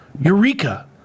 Eureka